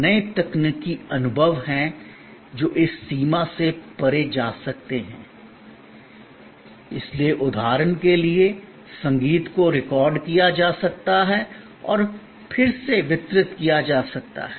नए तकनीकी अनुभव हैं जो इस सीमा से परे जा सकते हैं इसलिए उदाहरण के लिए संगीत को रिकॉर्ड किया जा सकता है और फिर से वितरित किया जा सकता है